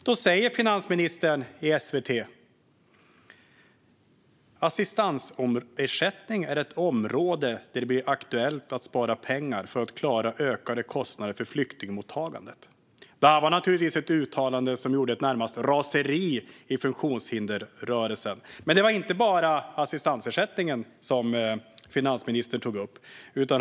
Då sa finansministern i SVT: Assistansersättning är ett område där det blir aktuellt att spara pengar för att klara ökade kostnader för flyktingmottagandet. Det var ett uttalande som närmast orsakade ett raseri i funktionshindersrörelsen. Men det var inte bara assistansersättningen som finansministern tog upp.